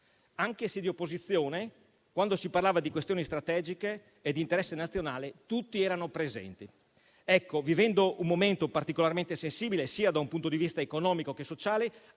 Anche se all'opposizione, quando si parlava di questioni strategiche e di interesse nazionale, tutti erano presenti. Vivendo un momento particolarmente sensibile da un punto di vista sia economico che sociale,